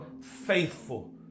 faithful